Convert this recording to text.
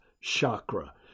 chakra